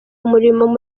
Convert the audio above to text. umurimo